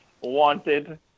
wanted